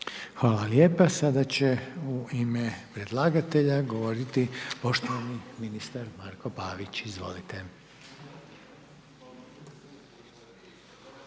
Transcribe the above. Hvala lijepa. Sada će u ime predlagatelja govoriti poštovani ministar Marko Pavić, izvolite.